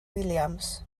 williams